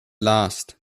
last